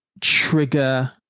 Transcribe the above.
trigger